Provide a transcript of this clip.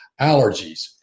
allergies